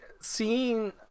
seeing